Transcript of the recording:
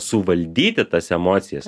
suvaldyti tas emocijas